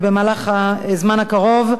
במהלך הזמן הקרוב,